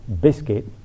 biscuit